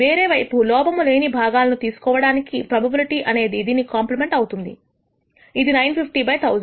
వేరే వైపు లోపము లేని భాగాన్ని తీసుకోవడానికి ప్రోబబిలిటీ అనేది దీనికి కాంప్లిమెంట్ అవుతుంది ఇది 9501000